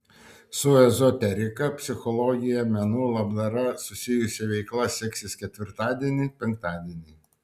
su ezoterika psichologija menu labdara susijusi veikla seksis ketvirtadienį penktadienį